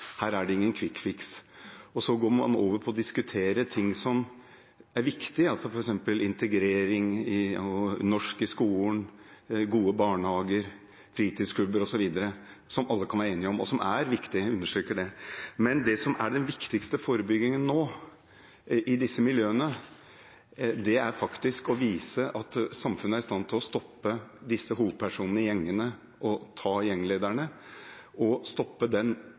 er ingen «quick fix» her. Så går man over til å diskutere ting som er viktige, f.eks. integrering, norsk i skolen, gode barnehager, fritidsklubber, osv. som alle kan være enige om, – som er viktig, jeg vil understreke det. Men den viktigste forebyggingen i disse miljøene nå er faktisk å vise at samfunnet er i stand til å stoppe hovedpersonene i gjengene, ta gjenglederne og stoppe